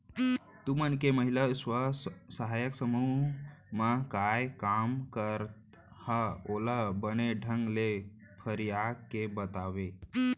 तुमन के महिला स्व सहायता समूह म काय काम करत हा ओला बने ढंग ले फरिया के बतातेव?